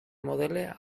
modelle